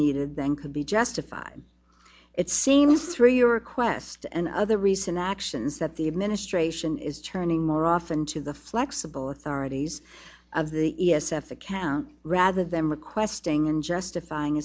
needed then could be justified it seems through your requests and other recent actions that the administration is turning more often to the flexible authorities of the e s f account rather than requesting and justifying